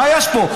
מה יש פה?